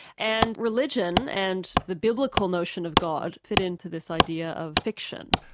and religion, and the biblical notion of god, fit in to this idea of fiction.